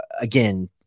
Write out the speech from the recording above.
again